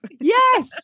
Yes